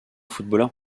footballeur